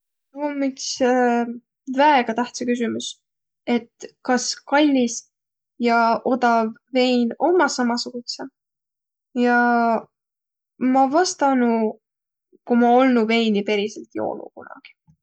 Tuu om üts väega tähtsä küsümüs, et kas kallis ja otav vein ommaq samasugudsõq, ja ma vastanuq, ku ma olnuq veini periselt joonuq kunagi.